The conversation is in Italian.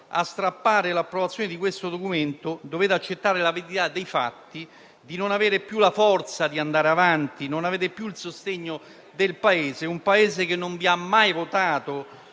a strappare oggi l'approvazione del documento, dovete accettare la verità dei fatti di non avere più la forza di andare avanti, né il sostegno del Paese, che non ha mai votato